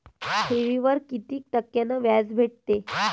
ठेवीवर कितीक टक्क्यान व्याज भेटते?